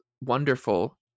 wonderful